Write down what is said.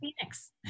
Phoenix